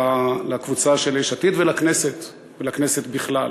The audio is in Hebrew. לקבוצה של יש עתיד ולכנסת בכלל.